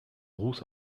ruß